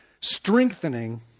strengthening